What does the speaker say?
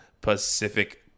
Pacific